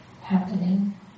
happening